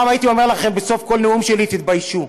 פעם הייתי אומר לכם בסוף כל נאום שלי תתביישו,